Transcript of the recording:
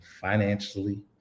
financially